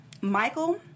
Michael